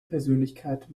persönlichkeit